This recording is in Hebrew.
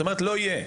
לא יהיה.